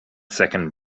second